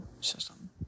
system